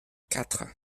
quatre